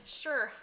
sure